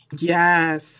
Yes